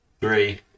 three